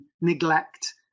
neglect